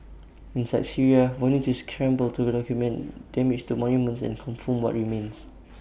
inside Syria volunteers scramble to document damage to monuments and confirm what remains